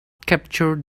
capture